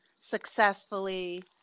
successfully